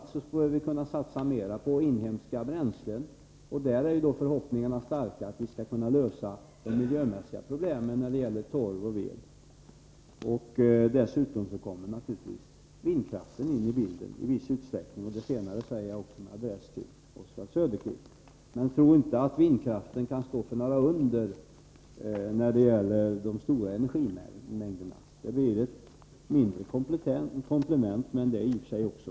Framför allt bör vi satsa mera på inhemska bränslen, där förhoppningarna är starka om att vi skall kunna lösa de miljömässiga problemen i samband med torvoch vedeldning. Vidare kommer naturligtvis vindkraften i viss utsträckning in i bilden — det säger jag med adress också till Oswald Söderqvist. Men vi skall inte tro att vindkraften kan stå för några under när det gäller de stora energimängderna. Det blir fråga om ett mindre komplement, som i och för sig är viktigt.